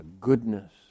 goodness